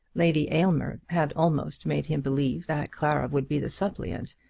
lady aylmer had almost made him believe that clara would be the suppliant,